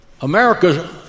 America